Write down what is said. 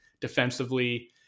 defensively